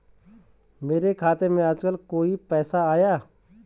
मेरे खाते में आजकल कोई पैसा आया?